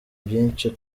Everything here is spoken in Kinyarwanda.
byinshi